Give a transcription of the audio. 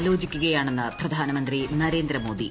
ആലോചിക്കുകയാണെന്ന് പ്രധാനമന്ത്രി നരേന്ദ്രമോദി